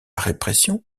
répression